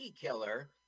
killer